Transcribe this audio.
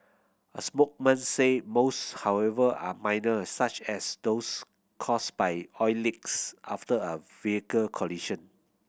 a spoke man said most however are minor such as those caused by oil leaks after a vehicle collision